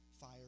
fire